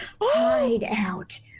hideout